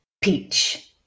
peach